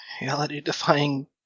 reality-defying